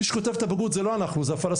מי שכותב את הבגרות הם לא אנחנו זה הפלסטינים.